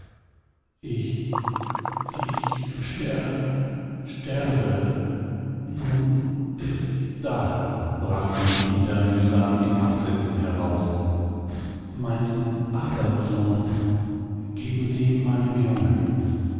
ich ich ster sterbe nun ist's da brachte nikita mühsam in absätzen heraus meinen arbeitslohn geben sie meinem jungen